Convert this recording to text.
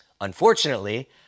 Unfortunately